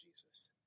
Jesus